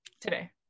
Today